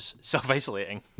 self-isolating